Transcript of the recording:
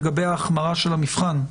לגבי ההחמרה של המבחן.